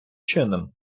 чином